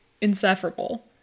insufferable